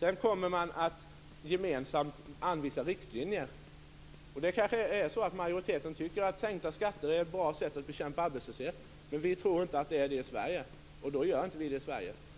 Sedan kommer man att gemensamt anvisa riktlinjer. Kanske tycker majoriteten att sänkta skatter är ett bra sätt att bekämpa arbetslösheten. Vi tror dock inte att det är det i Sverige, och då gör vi inte det i Sverige.